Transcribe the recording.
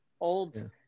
old